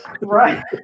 right